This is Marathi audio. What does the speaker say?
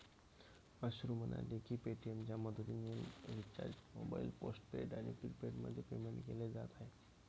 अश्रू म्हणाले की पेटीएमच्या मदतीने रिचार्ज मोबाईल पोस्टपेड आणि प्रीपेडमध्ये पेमेंट केले जात आहे